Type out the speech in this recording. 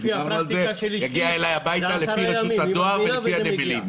עם רשות הדואר ועם הנמלים.